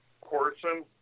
Corson